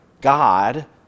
God